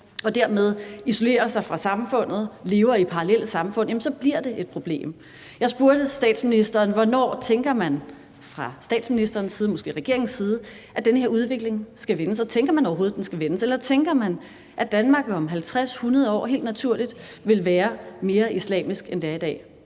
og dermed isolerer sig fra samfundet og lever i parallelle samfund, jamen så bliver det et problem. Jeg spurgte statsministeren om, hvornår man fra statsministerens side eller måske regeringens side tænker at den her udvikling skal vendes. Tænker man overhovedet, at den skal vendes, eller tænker man, at Danmark om 50-100 år helt naturligt vil være mere islamisk, end det er i dag?